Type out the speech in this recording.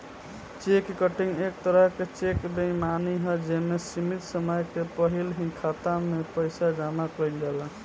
check cutting एक तरह के चेक बेईमानी ह जे में सीमित समय के पहिल ही खाता में पइसा जामा कइल जाला